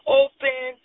open